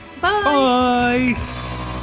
bye